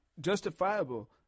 justifiable